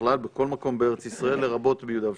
בכלל בכל מקום בארץ ישראל, לרבות ביהודה ושומרון.